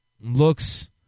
looks